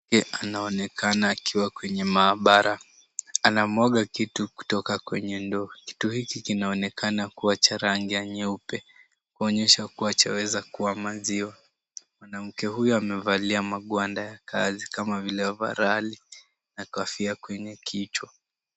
Mwanamke anaonekana akiwa kwenye maabara. Anamwaga kitu kutoka kwenye ndoo. Kitu hiki kinaonekana kuwa cha rangi ya nyeupe. Kuonyesha kuwa chaweza kwa maziwa. Mwanamke huyu amevalia magwanda ya kazi kama vile ovarali na kofia kwenye kichwa.